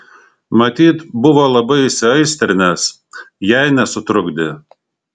matyt buvo labai įsiaistrinęs jei nesutrukdė